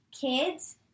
kids